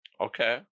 Okay